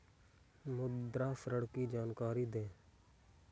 मुद्रा ऋण की जानकारी दें?